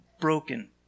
broken